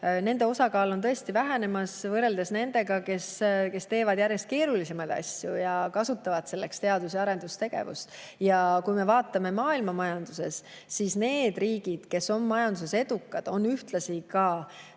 asju, on vähenemas võrreldes nendega, kes teevad järjest keerulisemaid asju ja kasutavad selleks teadus‑ ja arendustegevust. Ja kui me vaatame maailmamajandust, siis [näeme, et] need riigid, kes on majanduses edukad, on ühtlasi